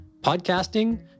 podcasting